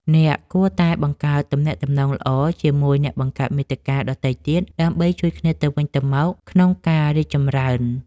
អ្នកគួរតែបង្កើតទំនាក់ទំនងល្អជាមួយអ្នកបង្កើតមាតិកាដទៃទៀត ដើម្បីជួយគ្នាទៅវិញទៅមកក្នុងការរីកចម្រើន។